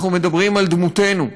אנחנו מדברים על דמותנו,